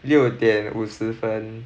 六点五十分